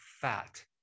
fat